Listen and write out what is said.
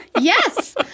yes